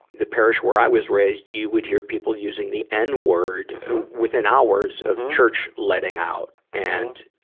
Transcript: the parish where i was raised, you would hear people using the n-word within hours of church letting out. and,